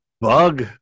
bug